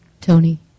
Tony